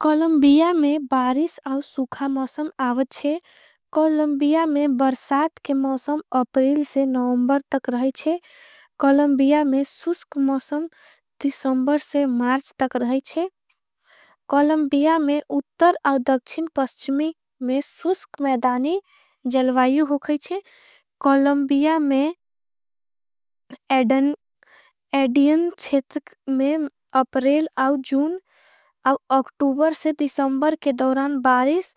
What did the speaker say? कॉलम्बिया में बारिस औँ सुखा मौसम आवच है कॉलम्बिया में। बर्साद के मौसम अपरिल से नौमबर तक रही है कॉलम्बिया में। सुश्क मौसम दिसंबर से मार्च तक रही है कॉलम्बिया में उत्तर। औँ दक्षिन पस्चिमी में सुश्क मैदानी जलवायू होगई है कॉलम्बिया। में एडियन छेत्रक में अपरिल औँ जुन औँ अक्टूबर से दिसंबर। के दोरान बारिस